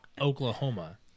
oklahoma